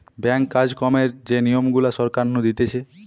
ব্যাঙ্কে কাজ কামের যে নিয়ম গুলা সরকার নু দিতেছে